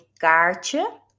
kaartje